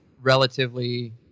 relatively